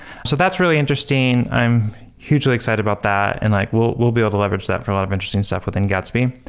so that's really interesting. i'm hugely excited about that and like we'll we'll be able to leverage that for a lot of interesting stuff within gatsby.